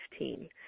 2015